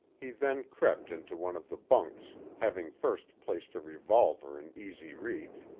he then crept into one of the bunks, having first placed a revolver in easy reach,